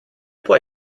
puoi